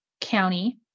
County